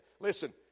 Listen